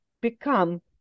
become